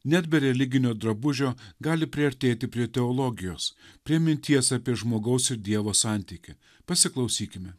net be religinio drabužio gali priartėti prie teologijos prie minties apie žmogaus ir dievo santykį pasiklausykime